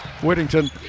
Whittington